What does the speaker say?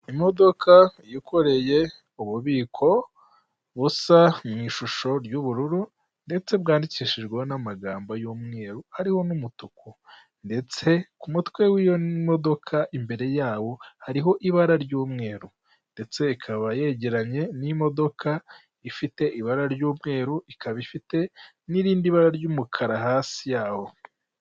Imodoka yikoreye ububiko busa mu ishusho ry'ubururu ndetse bwandikishijwe n'amagambo y'umweru hariho n'umutuku, ndetse ku mutwe w'iyo modoka imbere yawo hariho ibara ry'umweru ndetse ikaba yegeranye n'imodoka ifite ibara ry'umweru, ikaba ifite n'irindi bara ry'umukara hasi yawo.